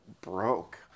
broke